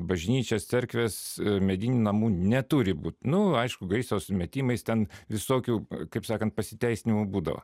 bažnyčias cerkves medinių namų neturi būti nu aišku gaisro sumetimais ten visokių kaip sakant pasiteisinimų būdavo